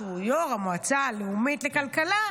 שהוא יו"ר המועצה הלאומית לכלכלה,